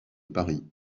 paris